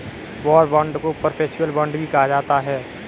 war bond को perpetual bond भी कहा जाता है